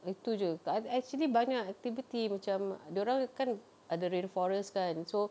itu jer but actually banyak activity macam dorang kan ada rainforest kan so